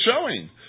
showing